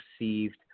received